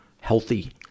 healthy